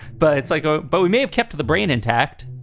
but it's like. ah but we may have kept the brain intact